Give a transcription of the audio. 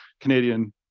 Canadian